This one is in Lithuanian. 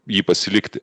jį pasilikti